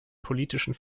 politischen